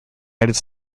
united